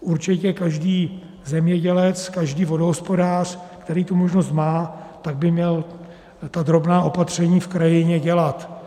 Určitě každý zemědělec, každý vodohospodář, který tu možnost má, tak by měl ta drobná opatření v krajině dělat.